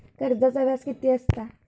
कर्जाचा व्याज कीती असता?